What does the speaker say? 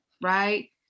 right